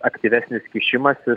aktyvesnis kišimasis